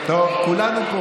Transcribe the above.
כולנו פה.